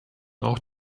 auch